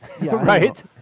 right